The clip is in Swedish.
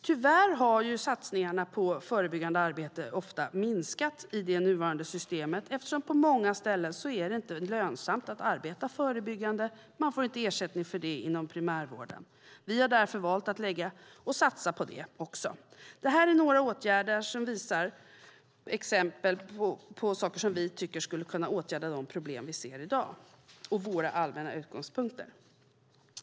Tyvärr har satsningarna på förebyggande arbete ofta minskat i det nuvarande systemet eftersom det på många ställen inte är lönsamt att arbeta förebyggande - man får inte ersättning för det inom primärvården. Vi har därför valt att satsa också på det. Detta är några exempel på saker vi tycker skulle kunna åtgärda de problem vi ser i dag, och det är våra allmänna utgångspunkter.